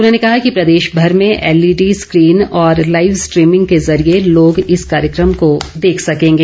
उन्होंने कहा कि प्रदेशभर में एलईडी स्कीन और लाईव स्ट्रीमिंग के जरिए लोग इस कार्यकम को देख सकेंगे